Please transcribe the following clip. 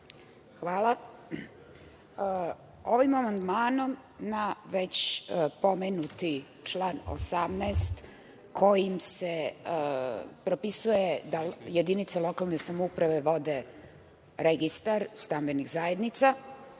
Hvala. Ovim amandmanom na već pomenuti član 18, kojim se propisuje da jedinica lokalne samouprave vode registar stambenih zajednica,